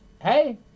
hey